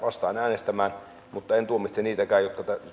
vastaan äänestämään mutta en tuomitse niitäkään jotka tätä kannattavat koska kristityn